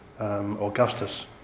Augustus